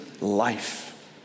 life